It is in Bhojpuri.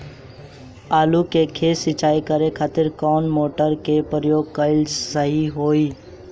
आलू के खेत सिंचाई करे के खातिर कौन मोटर के प्रयोग कएल सही होई?